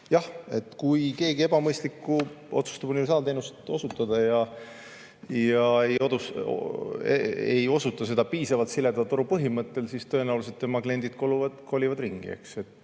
Jah, kui keegi ebamõistlik otsustab universaalteenust osutada, aga ei osuta seda piisavalt sileda toru põhimõttel, siis tõenäoliselt tema kliendid kolivad mujale.